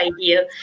idea